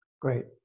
Great